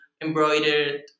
embroidered